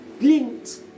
linked